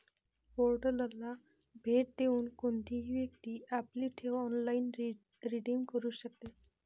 पोर्टलला भेट देऊन कोणतीही व्यक्ती आपली ठेव ऑनलाइन रिडीम करू शकते